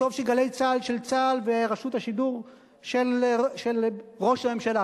וטוב ש"גלי צה"ל" של צה"ל ורשות השידור של ראש הממשלה,